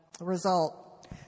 result